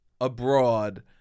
abroad